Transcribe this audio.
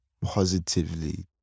positively